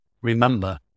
Remember